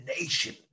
nation